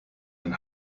den